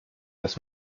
dass